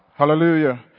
Hallelujah